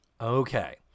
Okay